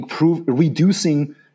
reducing